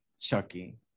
chucky